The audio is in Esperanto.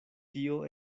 tio